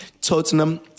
Tottenham